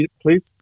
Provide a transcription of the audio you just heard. please